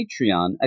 Patreon